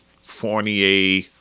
Fournier